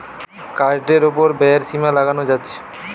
কার্ডের উপর ব্যয়ের সীমা লাগানো যাচ্ছে